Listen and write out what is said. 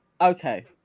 Okay